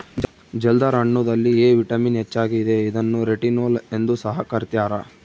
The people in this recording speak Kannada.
ಜಲ್ದರ್ ಹಣ್ಣುದಲ್ಲಿ ಎ ವಿಟಮಿನ್ ಹೆಚ್ಚಾಗಿದೆ ಇದನ್ನು ರೆಟಿನೋಲ್ ಎಂದು ಸಹ ಕರ್ತ್ಯರ